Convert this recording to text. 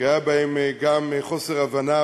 כי היה בהם גם חוסר הבנה,